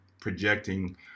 projecting